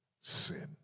sin